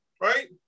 right